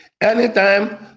Anytime